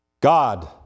God